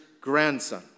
grandson